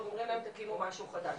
וכבר אומרים להם תקימו משהו חדש.